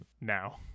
now